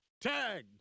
Tag